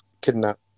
kidnap